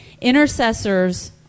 Intercessors